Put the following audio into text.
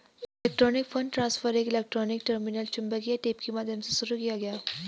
electronic fund transfer एक electronic terminal चुंबकीय tape के माध्यम से शुरू किया गया